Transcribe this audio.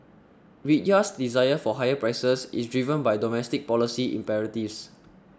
Riyadh's desire for higher prices is driven by domestic policy imperatives